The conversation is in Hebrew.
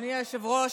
אדוני היושב-ראש,